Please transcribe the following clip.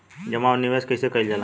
जमा और निवेश कइसे कइल जाला?